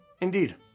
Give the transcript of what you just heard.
Indeed